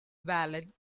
valet